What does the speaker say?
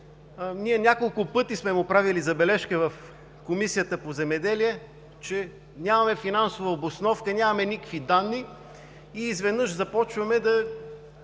Няколко пъти сме му правили забележки в Комисията по земеделието и храните, че нямаме финансова обосновка, нямаме никакви данни, а изведнъж започваме да